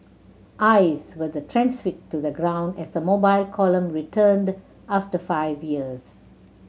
eyes were then transfixed to the ground as the Mobile Column returned after five years